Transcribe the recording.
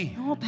no